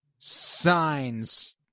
signs